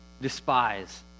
despise